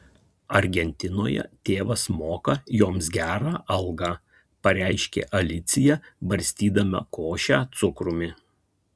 argentinoje tėvas moka joms gerą algą pareiškė alicija barstydama košę cukrumi